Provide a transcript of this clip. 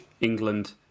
England